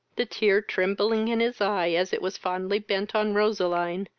the tear trembling in his eye as it was fondly bent on roseline,